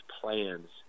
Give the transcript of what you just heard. plans